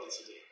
today